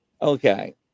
Okay